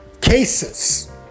cases